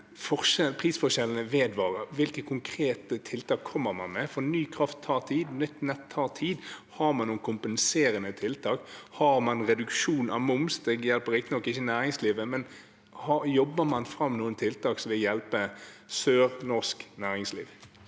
prisforskjellene vedvarer, hvilke konkrete tiltak kommer man med? For ny kraft tar tid, nytt nett tar tid. Har man noen kompenserende tiltak? Har man reduksjon av moms? Det hjelper riktignok ikke næringslivet, men jobber man fram noen tiltak som vil hjelpe sørnorsk næringsliv?